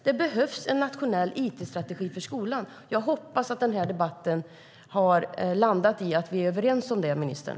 Det behövs en nationell it-strategi för skolan. Jag hoppas att den här debatten har landat i att vi är överens om det, ministern.